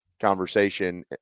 conversation